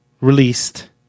released